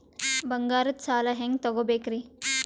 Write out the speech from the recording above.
ಬಂಗಾರದ್ ಸಾಲ ಹೆಂಗ್ ತಗೊಬೇಕ್ರಿ?